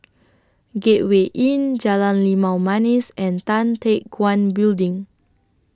Gateway Inn Jalan Limau Manis and Tan Teck Guan Building